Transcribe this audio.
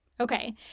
Okay